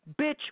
bitch